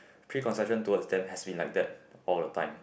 preconception towards them has been like that all the time